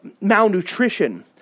malnutrition